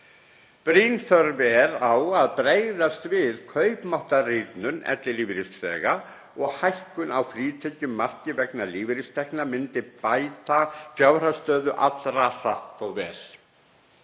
Brýn þörf er að bregðast við kaupmáttarrýrnun ellilífeyrisþega og hækkun á frítekjumarki vegna lífeyristekna myndi bæti fjárhagsstöðu allra hratt og vel.